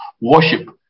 Worship